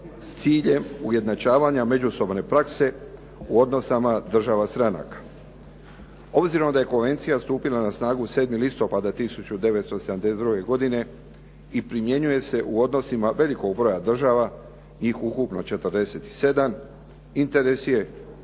s ciljem ujednačavanja međusobne prakse u odnosima država stranaka. Obzirom da je konvencija stupila na snagu 7. listopada 1972. godine i primjenjuje se u odnosima velikog broja država njih ukupno 47 interes i